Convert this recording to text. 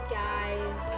guys